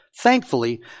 Thankfully